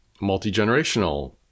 multi-generational